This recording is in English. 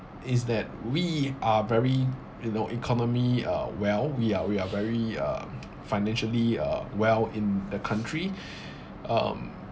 is that we are very you know economy uh well we are we are very uh financially uh well in the country um